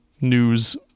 news